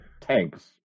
tanks